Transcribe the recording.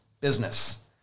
business